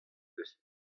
eus